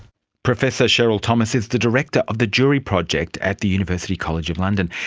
professor cheryl thomas is the director of the jury project at the university college of london.